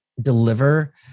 deliver